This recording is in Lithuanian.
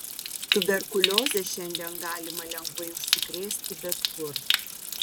tuberkulioze šiandien galima lengvai užsikrėsti bet kur